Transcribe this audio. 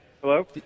Hello